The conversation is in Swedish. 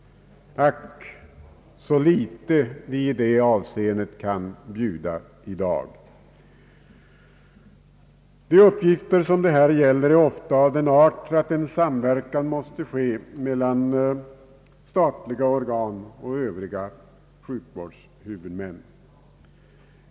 Ack, så litet vi i det avseendet kan bjuda i dag. De uppgifter som det här gäller är ofta av den arten att en samverkan måste ske mellan statliga organ och Öövriga sjukvårdshuvudmän.